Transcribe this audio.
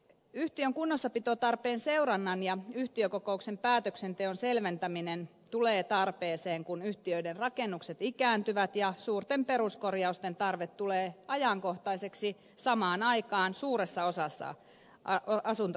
yhtiön kunnossapitotarpeen seurannan ja yhtiökokouksen päätöksenteon selventäminen tulee tarpeeseen kun yhtiöiden rakennukset ikääntyvät ja suurten peruskorjausten tarve tulee ajankohtaiseksi samaan aikaan suuressa osassa asunto osakeyhtiöitä